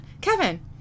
Kevin